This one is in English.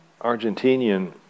Argentinian